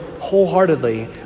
wholeheartedly